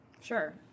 Sure